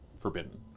forbidden